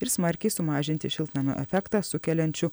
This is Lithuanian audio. ir smarkiai sumažinti šiltnamio efektą sukeliančių